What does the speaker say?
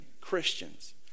Christians